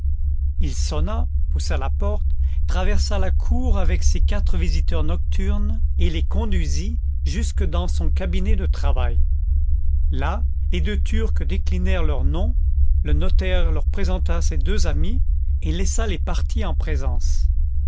il sonna poussa la porte traversa la cour avec ses quatre visiteurs nocturnes et les conduisit jusque dans son cabinet de travail là les deux turcs déclinèrent leurs noms le notaire leur présenta ses deux amis et laissa les parties en présence